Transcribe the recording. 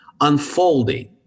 unfolding